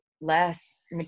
less